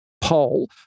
poll